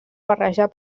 barrejar